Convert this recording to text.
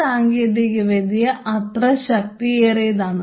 ഈ സാങ്കേതികവിദ്യ അത്ര ശക്തിയേറിയതാണ്